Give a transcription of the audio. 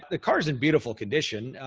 the car's in beautiful condition,